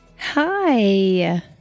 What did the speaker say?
Hi